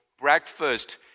breakfast